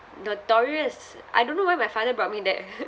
notorious I don't know why my father brought me there